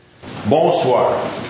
Bonsoir